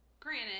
Granted